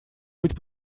быть